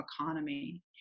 economy